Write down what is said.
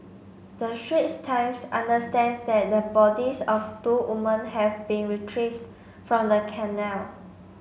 the Straits Times understands that the bodies of two women have been retrieved from the canal